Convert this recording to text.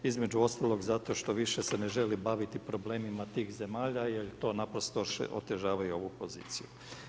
Između ostaloga zato što više se ne želi baviti problemima tih zemalja jer to naprosto otežava i ovu poziciju.